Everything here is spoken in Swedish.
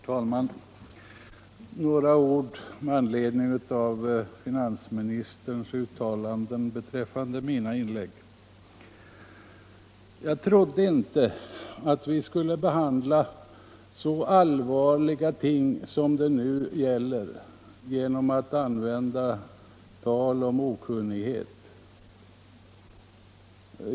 Herr talman! Några ord med anledning av finansministerns uttalanden beträffande mina inlägg. Jag trodde inte att vi skulle behandla så allvarliga ting som de som det nu gäller genom att tillgripa tal om okunnighet.